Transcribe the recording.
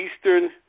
Eastern